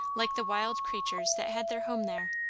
like the wild creatures that had their home there.